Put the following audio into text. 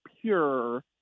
pure